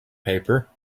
paper